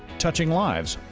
touching lives,